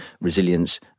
resilience